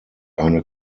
eine